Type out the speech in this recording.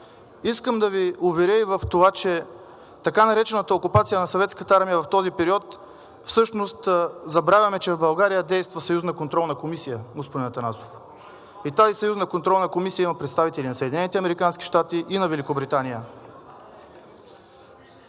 Искам да Ви уверя и в това, че така наречената окупация на Съветската армия в този период – всъщност забравяме, че в България действа Съюзна контролна комисия, господин Атанасов. И в тази Съюзна контролна комисия има представители и на Съединените